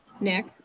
nick